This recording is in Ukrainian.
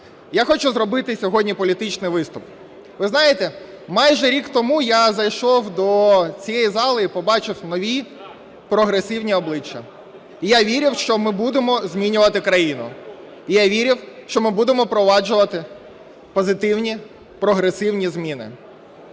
Я хочу зробити сьогодні політичний виступ. Ви знаєте, майже рік тому я зайшов до цієї зали і побачив нові прогресивні обличчя, і я вірив, що ми будемо змінювати країну, і я вірив, що ми будемо впроваджувати позитивні, прогресивні зміни.